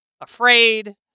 afraid